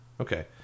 Okay